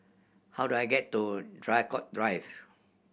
how do I get to Draycott Drive